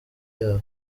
yabo